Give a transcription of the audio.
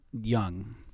young